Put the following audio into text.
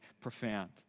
profound